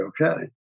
okay